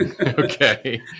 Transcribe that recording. Okay